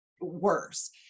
worse